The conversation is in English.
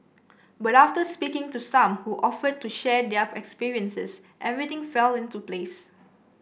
but after speaking to some who offered to share their experiences everything fell into place